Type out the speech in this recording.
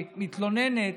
שמתלוננת